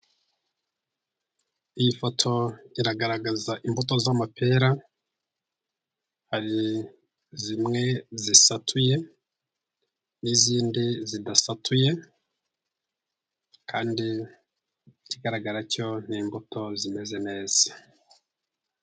Iyi foto iragaragaza imbuto z'amapera, hari zimwe zisatuye n'izindi zidasatuye, kandi ikigaragara cyo ni imbuto zimeze neza.